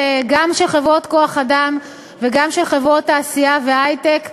גם של חברות כוח-אדם וגם של חברות תעשייה והיי-טק,